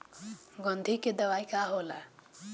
गंधी के दवाई का होला?